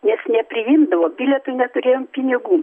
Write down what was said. nes nepriimdavo bilietui neturėjom pinigų